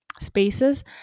spaces